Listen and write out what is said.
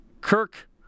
Kirk